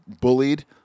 bullied